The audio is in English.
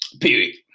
Period